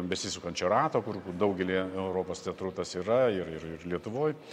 besisukančio rato kur daugelyje europos teatrų tas yra ir ir ir lietuvoj